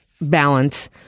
balance